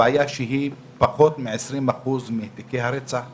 הבעיה היא שפחות מ-20% מתיקי הרצח מפוענחים.